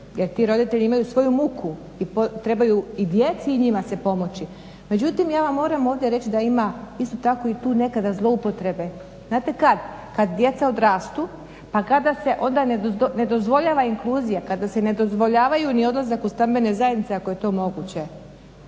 jer ti roditelji imaju svoju muku i trebaju i djeci i njima se pomoći. Međutim, ja vam moram ovdje reći da ima isto tako i tu nekada zloupotrebe. Znate kad? Kad djeca odrastu, pa kada se onda ne dozvoljava inkluzija, kada se ne dozvoljavaju ni odlazak u stambene zajednice ako je to moguće.